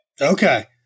Okay